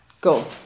Go